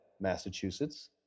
Massachusetts